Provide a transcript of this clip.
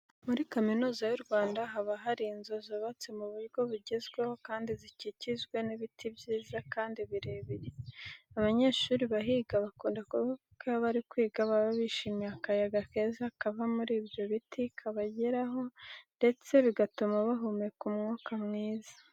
Muri Kaminuza y'u Rwanda haba hari inzu zubatse mu buryo bugezweho kandi zikikijwe n'ibiti byiza kandi birebire. Abanyeshuri bahiga bakunda kuvuga ko iyo bari kwiga baba bishimiye ko akayaga keza kava muri ibyo biti kabageraho ndetse bigatuma bahumeka umwuka mwiza.